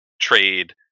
trade